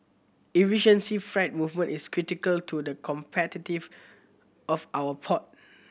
efficiency freight movement is critical to the competitive of our port